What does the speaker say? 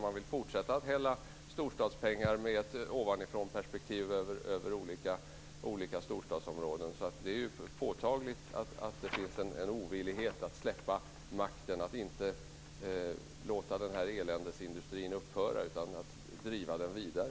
Man vill fortsätta att hälla storstadspengar med ett ovanifrånperspektiv över olika storstadsområden. Det är påtagligt att det finns en ovillighet att släppa makten. Man vill inte låta den här eländesindustrin upphöra utan driva den vidare.